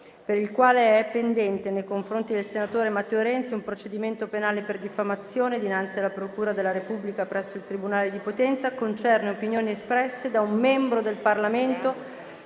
per il quale è pendente nei confronti del senatore Matteo Renzi un procedimento penale per diffamazione dinanzi alla procura della Repubblica presso il tribunale di Potenza, concerne opinioni espresse da un membro del Parlamento